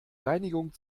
reinigung